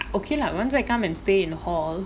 okay lah once I come and stay in hall